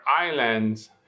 islands